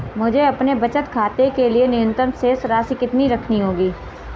मुझे अपने बचत खाते के लिए न्यूनतम शेष राशि कितनी रखनी होगी?